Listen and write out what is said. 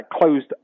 closed